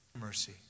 Mercy